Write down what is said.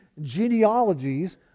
genealogies